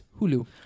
Hulu